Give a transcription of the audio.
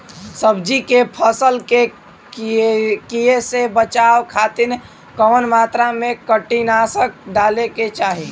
सब्जी के फसल के कियेसे बचाव खातिन कवन मात्रा में कीटनाशक डाले के चाही?